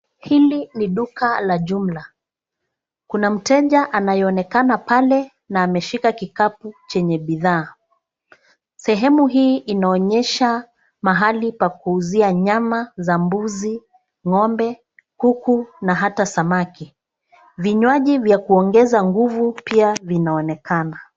Hili ni duka la jumla, kunamteja anayeonekana pale na ameshika kikapu chenye bidhaa. Sehemu hii inaonyesha mahali pa kuuzia nyama za mbuzi, ngo'mbe kuku pia ata samaki. Vinywaji vya kuongeza nguvu pia zinaoneka.